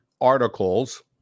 articles